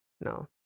no